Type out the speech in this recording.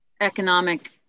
economic